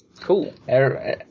cool